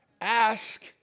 Ask